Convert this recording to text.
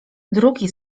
drugi